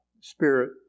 Spirit